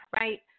right